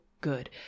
good